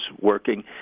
working